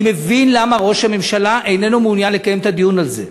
אני מבין למה ראש הממשלה איננו מעוניין לקיים את הדיון על זה: